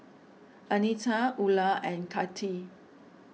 Anita Ula and Kati